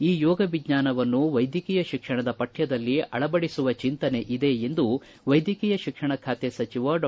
ಈ ಯೋಗವಿಜ್ಞಾನವನ್ನು ವೈದ್ಯಕೀಯ ಶಿಕ್ಷಣದ ಪಠ್ಯದಲ್ಲಿ ಅಳವಡಿಸುವ ಚಿಂತನೆ ಇದೆ ಎಂದು ವೈದ್ಯಕೀಯ ಶಿಕ್ಷಣ ಖಾತೆ ಸಚಿವ ಡಾ